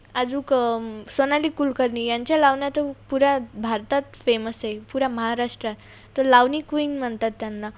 अजूक सोनाली कुलकर्णी यांच्या लावण्या तर पुऱ्या भारतात फेमस आहे पुऱ्या महाराष्ट्रात तर लावणी क्वीन म्हणतात त्यांना